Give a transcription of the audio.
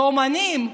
ואומנים.